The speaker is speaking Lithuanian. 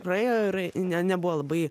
praėjo ir ne nebuvo labai